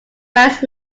west